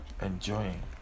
enjoying